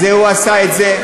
אז הוא עשה את זה.